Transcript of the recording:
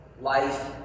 life